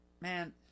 man